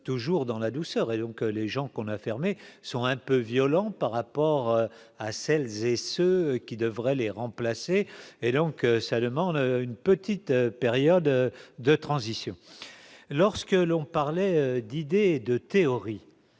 toujours dans la douceur et donc les gens qu'on a fermé son un peu violent par rapport à celles et ceux qui devraient les remplacer et donc ça demande une petite période de transition, lorsque l'on parlait d'idées et de théories,